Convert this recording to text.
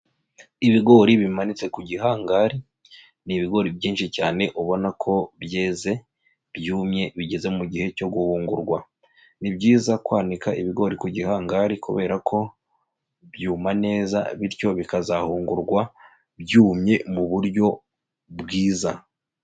Ibigori bimanitse ku gihangari. Ni ibigori byinshi cyane; ubona ko byeze, byumye bigeze mu gihe cyo guhungurwa. Ni byiza kwanika ibigori ku gihangari kubera ko byuma neza, bityo bikazahungurwa byumye mu buryo bwiza.